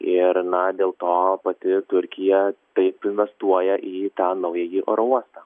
ir na dėl to pati turkija taip investuoja į tą naująjį oro uostą